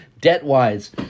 debt-wise